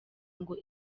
ngo